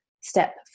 step